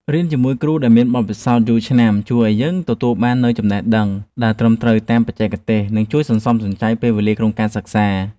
រៀនជាមួយគ្រូដែលមានបទពិសោធន៍យូរឆ្នាំជួយឱ្យយើងទទួលបាននូវចំណេះដឹងដែលត្រឹមត្រូវតាមបច្ចេកទេស និងជួយសន្សំសំចៃពេលវេលាក្នុងការសិក្សា។